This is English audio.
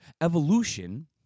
evolution